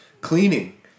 cleaning